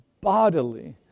bodily